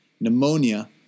Pneumonia